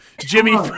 Jimmy